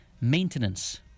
maintenance